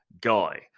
guy